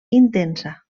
intensa